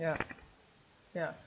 ya ya